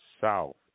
south